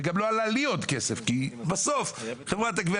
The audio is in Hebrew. גם לי לא עלה עוד כסף כי בסוף חברת הגבייה